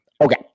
Okay